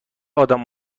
ادم